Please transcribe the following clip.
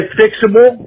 fixable